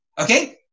okay